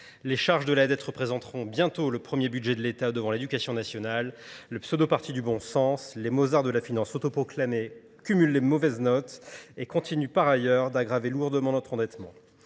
Les charges de la dette représenteront bientôt le premier budget de l'État devant l'éducation nationale, le pseudo parti du bon sens, les mauxards de la finance autoproclamés cumulent les mauvaises notes et continuent par ailleurs d'aggraver lourdement notre endettement.